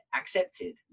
accepted